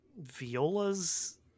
Viola's